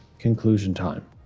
conclusion time.